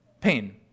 pain